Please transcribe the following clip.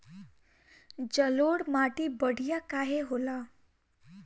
जलोड़ माटी बढ़िया काहे होला?